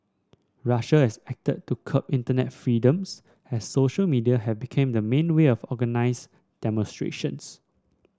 Russia has acted to curb internet freedoms as social media have became the main way of organise demonstrations